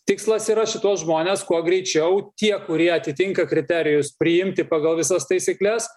tikslas yra šituos žmones kuo greičiau tie kurie atitinka kriterijus priimti pagal visas taisykles